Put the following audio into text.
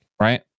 right